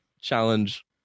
challenge